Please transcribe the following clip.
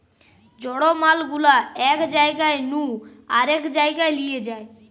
জড় মাল গুলা এক জায়গা নু আরেক জায়গায় লিয়ে যায়